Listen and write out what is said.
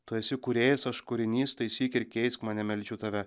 tu esi kūrėjas aš kūrinys taisyk ir keisk mane meldžiu tave